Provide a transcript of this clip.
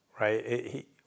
right